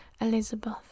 Elizabeth